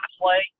play